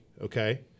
Okay